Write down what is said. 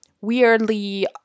weirdly